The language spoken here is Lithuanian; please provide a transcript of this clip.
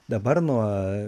dabar nuo